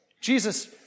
Jesus